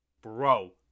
Bro